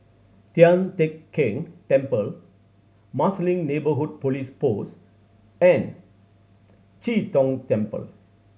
Tian Teck Keng Temple Marsiling Neighbourhood Police Post and Chee Tong Temple